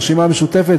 הרשימה המשותפת,